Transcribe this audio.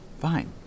Fine